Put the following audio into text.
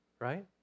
right